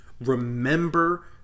remember